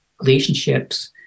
relationships